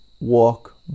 walk